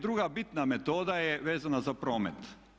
Druga bitna metoda je vezana za promet.